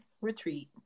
retreat